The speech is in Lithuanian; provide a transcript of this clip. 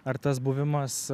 ar tas buvimas